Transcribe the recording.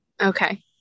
Okay